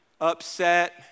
upset